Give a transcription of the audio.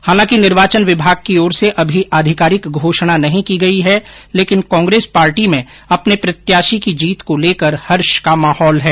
हालांकि निर्वाचन विभाग की ओर से अभी अधिकारिक घोषणा नहीं की गई है लेकिन कांग्रेस पार्टी में अपने प्रत्याशी की जीत को लेकर हर्ष का माहौल है